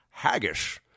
haggish